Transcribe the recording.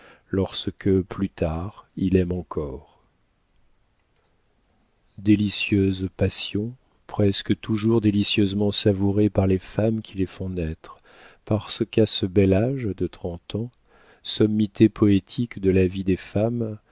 lorsque plus tard il aime encore délicieuses passions presque toujours délicieusement savourées par les femmes qui les font naître parce qu'à ce bel âge de trente ans sommité poétique de la vie des femmes